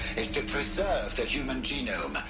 is to preserve the human genome.